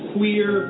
Queer